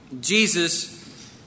Jesus